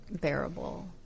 bearable